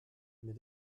mais